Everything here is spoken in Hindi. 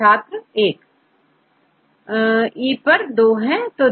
छात्र एक E पर दो हैं